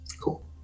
Cool